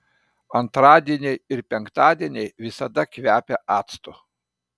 antradieniai ir penktadieniai visada kvepia actu